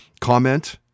Comment